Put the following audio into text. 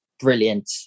brilliant